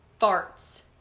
farts